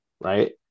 Right